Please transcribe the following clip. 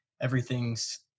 everything's